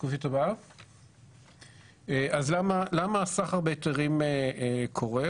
למה הסחר בהיתרים קורה?